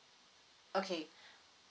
okay